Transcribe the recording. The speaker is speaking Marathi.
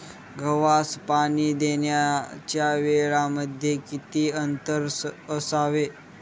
गव्हास पाणी देण्याच्या वेळांमध्ये किती अंतर असावे?